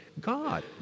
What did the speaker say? God